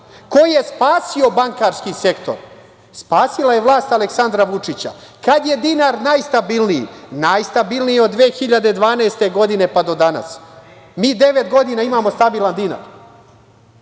Ko je spasio bankarski sektor? Spasila je vlast Aleksandra Vučića. Kada je dinar najstabilniji? Najstabilniji je od 2012. godine, pa do danas. Mi devet godina imamo stabilan